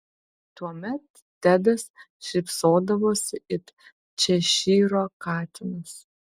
tuomet tedas šypsodavosi it češyro katinas